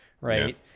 right